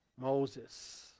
Moses